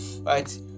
Right